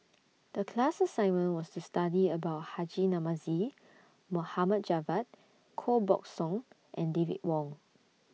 The class assignment was to study about Haji Namazie Mohd Javad Koh Buck Song and David Wong